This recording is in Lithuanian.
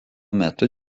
metu